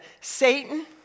Satan